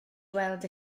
weld